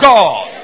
God